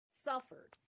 suffered